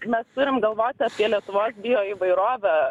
mes turim galvoti apie lietuvos bioįvairovę